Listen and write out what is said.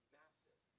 massive